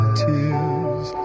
tears